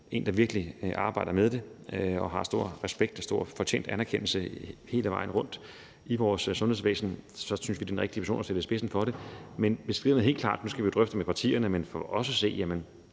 en, der virkelig arbejder med det og nyder stor respekt og stor fortjent anerkendelse hele vejen rundt i vores sundhedsvæsen. Så vi synes, det er den rigtige person at sætte i spidsen for det. Men vi skal lige gøre det helt klart – nu skal vi jo drøfte det med partierne – at for os at se